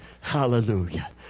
Hallelujah